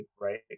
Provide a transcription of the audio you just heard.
right